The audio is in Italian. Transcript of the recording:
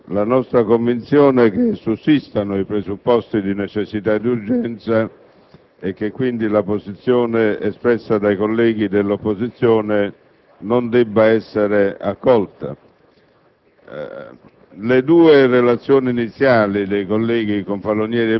intervengo per esprimere la nostra convinzione che sussistano i presupposti di necessità ed urgenza e che quindi la posizione espressa dai colleghi dell'opposizione non debba essere accolta.